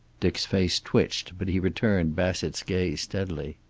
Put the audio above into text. dick's face twitched, but he returned bassett's gaze steadily.